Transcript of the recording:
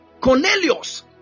Cornelius